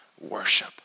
worship